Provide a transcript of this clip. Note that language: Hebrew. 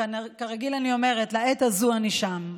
וכרגיל אני אומרת, לעת הזאת אני שם.